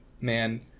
Man